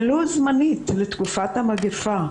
ולו זמנית, לתקופת המגיפה.